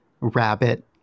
rabbit